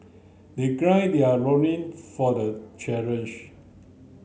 they their loin for the challenge